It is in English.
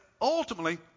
ultimately